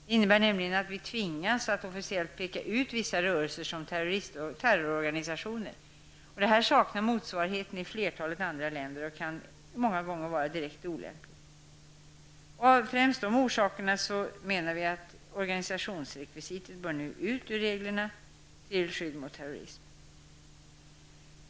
Det innebär nämligen att vi tvingas att officiellt peka ut vissa rörelser som terrororganisationer. Det här saknar motsvarighet i flertalet andra länder och kan många gånger vara direkt olämpligt. Av främst dessa orsaker menar vi att organisationsrekvisitet bör tas bort från reglerna till skydd mot terrorism.